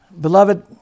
Beloved